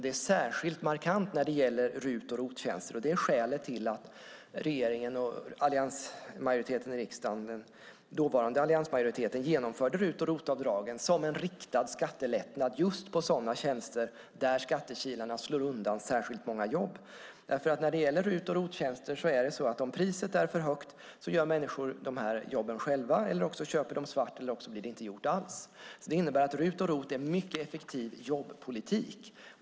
Det är särskilt markant när det gäller RUT och ROT-tjänster. Det är skälet till att regeringen och den dåvarande alliansmajoriteten i riksdagen genomförde RUT och ROT-avdragen som en riktad skattelättnad just på sådana tjänster där skattekilarna slår undan särskilt många jobb. När det gäller RUT och ROT-tjänster är det så att om priset är för högt gör människor de jobben själva, köper dem svart eller så blir de inte gjorda alls. Det innebär att RUT och ROT är mycket effektiv jobbpolitik.